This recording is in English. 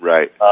Right